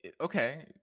Okay